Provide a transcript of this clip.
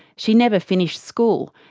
she never finished school,